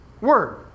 word